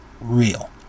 real